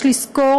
יש לזכור